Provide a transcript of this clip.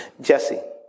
Jesse